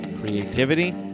Creativity